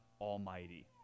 Almighty